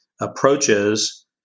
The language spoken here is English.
approaches